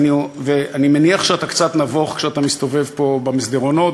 ואני מניח שאתה קצת נבוך כשאתה מסתובב פה במסדרונות,